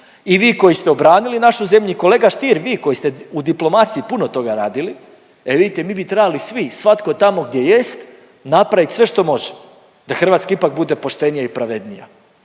i vi koji ste obranili našu zemlju. I kolega Stier vi koji ste u diplomaciji puno toga radili, e vidite mi bi trebali svi, svatko tamo gdje jest napravit sve što može da Hrvatska ipak bude poštenija i pravednija,